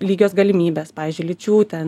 lygios galimybės pavyzdžiui lyčių ten